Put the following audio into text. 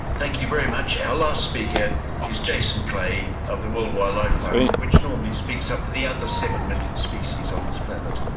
thank you very much. our last speaker is jason clay of the world wildlife fund, which normally speaks up for the other seven million species on this planet.